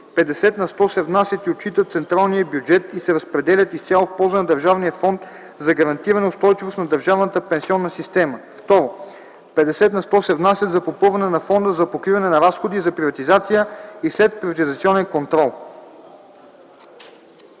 на сто се внасят и отчитат в централния бюджет и се разпределят изцяло в полза на Държавния фонд за гарантиране устойчивост на държавната пенсионна система; 2. петдесет на сто се внасят за попълване на Фонда за покриване на разходите за приватизация и следприватизационен контрол.”